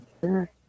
Sure